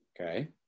okay